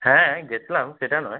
হ্যাঁ গিয়েছিলাম সেটা নয়